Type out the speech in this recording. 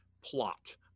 plot